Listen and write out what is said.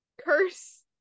curse